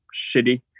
shitty